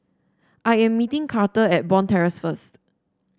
I am meeting Karter at Bond Terrace first